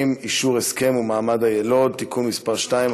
(אישור הסכם ומעמד היילוד) (תיקון מס' 2),